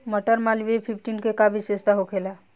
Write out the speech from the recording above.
मटर मालवीय फिफ्टीन के का विशेषता होखेला?